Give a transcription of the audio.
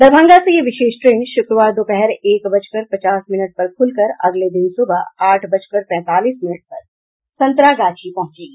दरभंगा से यह विशेष ट्रेन शुक्रवार दोपहर एक बजकर पचास मिनट पर खुलकर अगले दिन सुबह आठ बजकर पैंतालीस मिनट पर संतरागाछी पहुंचेगी